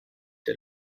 der